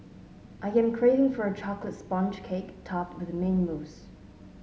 I am craving for a chocolate sponge cake topped with mint mousse